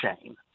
shame